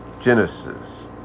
Genesis